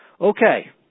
Okay